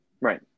Right